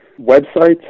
websites